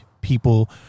people